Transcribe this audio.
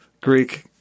Greek